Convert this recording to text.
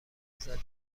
لذت